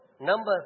Numbers